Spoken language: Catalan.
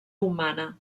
humana